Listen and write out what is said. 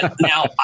now